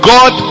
God